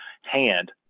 hand